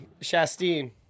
Shastine